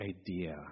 idea